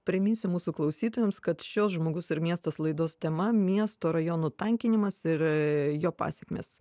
priminsiu mūsų klausytojams kad šios žmogus ir miestas laidos tema miesto rajonų tankinimas ir jo pasekmės